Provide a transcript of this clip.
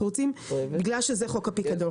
אבל בגלל שזה חוק הפיקדון,